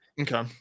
Okay